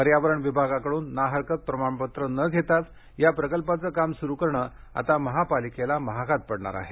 पर्यावरण विभागाकडून ना हरकत प्रमाणपत्र न घेताच या प्रकल्पाचं काम सुरू करणं आता महापालिकेला महागात पडणार आहे